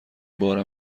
بار